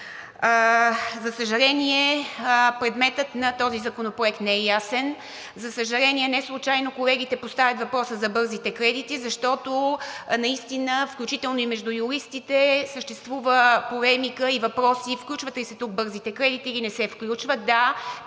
За съжаление, предметът на този законопроект не е ясен, за съжаление, неслучайно колегите поставят въпроса за бързите кредити, защото наистина, включително и между юристите, съществува полемика и въпроси: включват ли се тук бързите кредити или не се включват? Да,